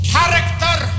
Character